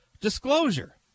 disclosure